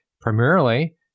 Primarily